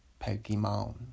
Pokemon